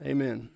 Amen